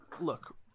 Look